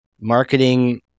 marketing